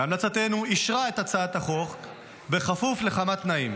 אישרה בהמלצתנו את הצעת החוק בכפוף לכמה תנאים: